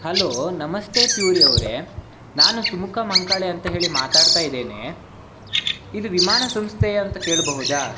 hello ನಮಸ್ತೆ ಪ್ಯೂರಿ ಅವರೇ ನಾನು ಸುಮುಖ ಮಂಕಾಳೆ ಅಂತ ಹೇಳಿ ಮಾತಾಡ್ತಾ ಇದ್ದೇನೆ ಇದು ವಿಮಾನ ಸಂಸ್ಥೆಯಾ ಅಂತ ಕೇಳಬಹುದಾ